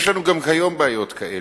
יש לנו גם כיום בעיות כאלה,